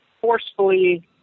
forcefully